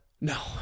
No